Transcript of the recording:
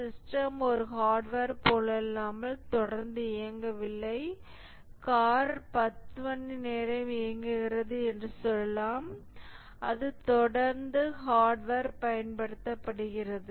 system ஒரு hardware போலல்லாமல் தொடர்ந்து இயங்கவில்லை கார் 10 மணி நேரம் இயங்குகிறது என்று சொல்லலாம் அது தொடர்ந்து ஹார்ட்வேர் பயன்படுத்தப்படுகிறது